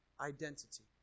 identity